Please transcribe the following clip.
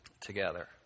together